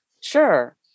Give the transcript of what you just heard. Sure